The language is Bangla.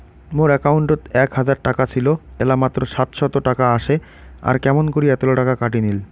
মোর একাউন্টত এক হাজার টাকা ছিল এলা মাত্র সাতশত টাকা আসে আর কেমন করি এতলা টাকা কাটি নিল?